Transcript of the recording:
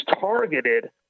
targeted